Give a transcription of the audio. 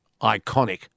iconic